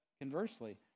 conversely